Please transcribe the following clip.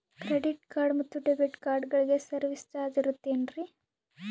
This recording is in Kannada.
ಕ್ರೆಡಿಟ್ ಕಾರ್ಡ್ ಮತ್ತು ಡೆಬಿಟ್ ಕಾರ್ಡಗಳಿಗೆ ಸರ್ವಿಸ್ ಚಾರ್ಜ್ ಇರುತೇನ್ರಿ?